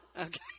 Okay